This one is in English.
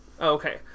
Okay